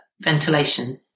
ventilation